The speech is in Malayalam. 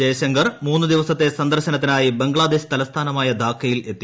ജയശങ്കർ മൂന്ന് ദിവസത്തെ സന്ദർശനത്തിനായി ബംഗ്ലാദേശ് തലസ്ഥാനമായ ധാക്കയിൽ എത്തി